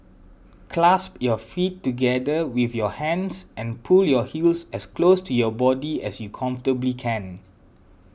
clasp your feet together with your hands and pull your heels as close to your body as you comfortably can